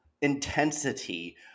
intensity